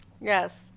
Yes